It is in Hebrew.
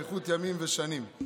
אריכות ימים ושנים.